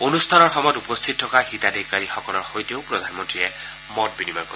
অনুষ্ঠানৰ সময়ত উপস্থিত থকা হিতাধিকাৰীসকলৰ সৈতেও প্ৰধানমন্ত্ৰীয়ে মত বিনিময় কৰিব